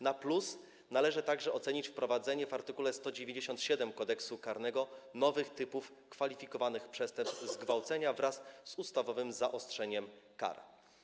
Na plus należy także ocenić wprowadzenie w art. 197 Kodeksu karnego nowych typów kwalifikowanych przestępstw zgwałcenia wraz z ustawowym zaostrzeniem kar.